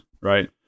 right